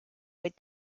with